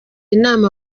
inama